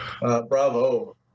bravo